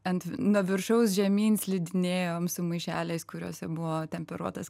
ant viršaus žemyn slidinėjom su maišeliais kuriuose buvo temperuotas